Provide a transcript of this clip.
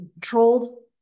trolled